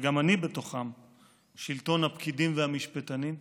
וגם אני, שלטון הפקידים והמשפטנים.